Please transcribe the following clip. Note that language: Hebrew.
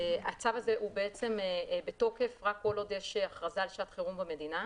הצו הזה הוא בתוקף כל עוד יש הכרזה של שעת חירום במדינה,